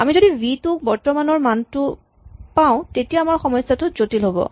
আমি যদি ভি টোক বৰ্তমান ৰ মানটো পাওঁ তেতিয়া সমস্যাটো জটিল হ'ব